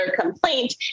complaint